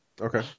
Okay